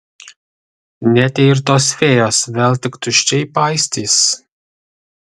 net jei ir tos fėjos vėl tik tuščiai paistys